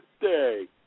day